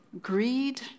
greed